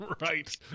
Right